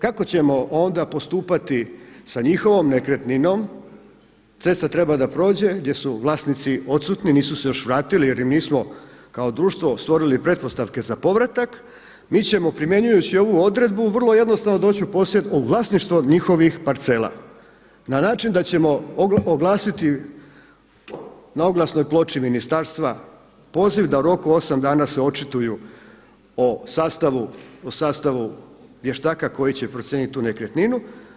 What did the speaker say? Kako ćemo onda postupati sa njihovom nekretninom, cesta treba da prođe, gdje su vlasnici odsutni, nisu se još vratili jer im nismo kao društvo stvorili pretpostavke za povratak, mi ćemo primjenjujući ovu odredbu vrlo jednostavno doći u posjed, u vlasništvo njihovih parcela na način da ćemo oglasiti na oglasnoj ploči ministarstva poziv da u roku od 8 dana se očituju o sastavu vještaka koji će procijeniti tu nekretninu.